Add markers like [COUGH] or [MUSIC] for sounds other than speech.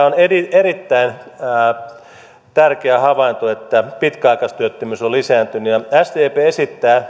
[UNINTELLIGIBLE] on erittäin tärkeä havainto että pitkäaikaistyöttömyys on lisääntynyt ja sdp esittää